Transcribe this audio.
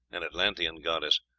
an atlantean goddess,